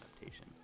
Adaptation